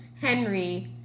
Henry